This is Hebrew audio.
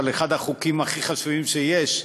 על אחד החוקים הכי חשובים שיש,